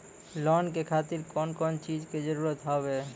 Loan के खातिर कौन कौन चीज के जरूरत हाव है?